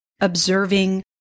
observing